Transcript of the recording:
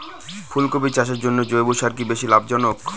ফুলকপি চাষের জন্য জৈব সার কি বেশী লাভজনক?